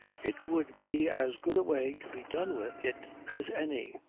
it would be as good a way to be done with it as any.